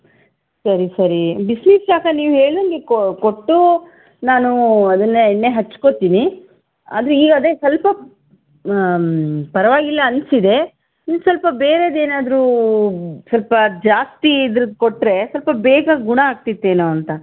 ಸರಿ ಸರಿ ಬಿಸಿ ಶಾಖ ನೀವು ಹೇಳಿದಂಗೆ ಕೊ ಕೊಟ್ಟು ನಾನು ಅದನ್ನೇ ಎಣ್ಣೆ ಹಚ್ಕೋತೀನಿ ಆದರೆ ಈಗ ಅದೇ ಸ್ವಲ್ಪ ಪರವಾಗಿಲ್ಲ ಅನ್ನಿಸಿದೆ ಇನ್ನು ಸ್ವಲ್ಪ ಬೇರೆದು ಏನಾದರೂ ಸ್ವಲ್ಪ ಜಾಸ್ತಿ ಇದ್ರದ್ದು ಕೊಟ್ಟರೆ ಸ್ವಲ್ಪ ಬೇಗ ಗುಣ ಆಗ್ತಿತ್ತೇನೋ ಅಂತ